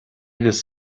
fhios